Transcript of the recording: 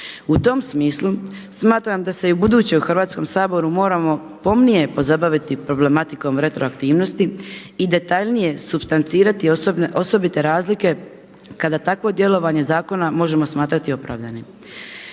U tom smislu smatram da i u buduće u Hrvatskom saboru moramo pomnije pozabaviti problematikom retroaktivnosti i detaljnije supstancirati osobite razlike kada takvo djelovanje zakona možemo smatrati opravdanim.